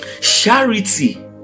Charity